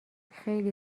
خیلی